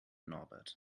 norbert